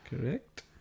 Correct